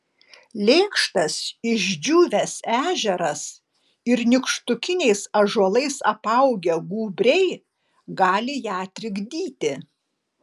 lėkštas išdžiūvęs ežeras ir nykštukiniais ąžuolais apaugę gūbriai gali ją trikdyti